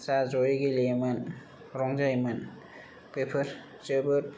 जा जयै गेलेयोमोन रंजायोमोन बेफोर जोबोद